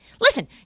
Listen